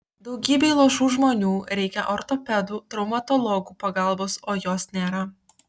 daugybei luošų žmonių reikia ortopedų traumatologų pagalbos o jos nėra